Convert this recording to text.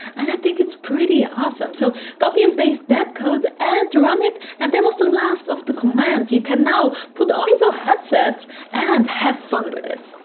and i think it's pretty awesome. so copy and paste that code and run it. and that was the last of the commands! you can now put on your headset and have fun with it.